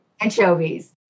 anchovies